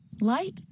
Light